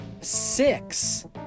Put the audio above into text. six